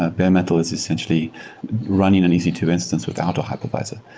ah bare metal is essentially running an e c two instance without a hypervisor.